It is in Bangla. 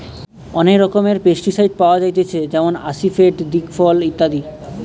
অনেক রকমের পেস্টিসাইড পাওয়া যায়তিছে যেমন আসিফেট, দিকফল ইত্যাদি